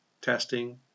testing